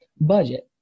budget